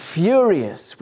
furious